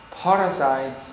parasite